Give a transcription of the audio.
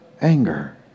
anger